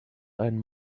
ein